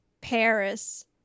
Paris